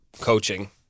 coaching